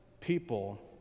people